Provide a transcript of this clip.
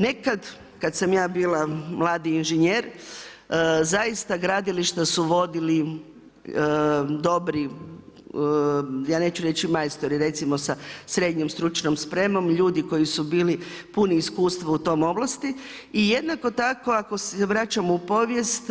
Nekad kad sam ja bila mladi inženjer, zaista, gradilišta su vodili, dobri ja neću reći majstori, recimo sa srednjom stručnom spremom, ljudi koji su bili puni iskustva u toj ovlasti i jednako tako ako se vraćam u povijest,